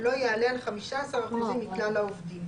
לא יעלה על 15 אחוזים מכלל העובדים